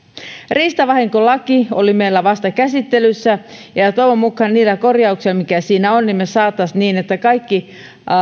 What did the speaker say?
riistavahinkolaki oli meillä vasta käsittelyssä ja ja toivon mukaan niillä korjauksilla joita siinä on me saisimme aikaan sen että kaikki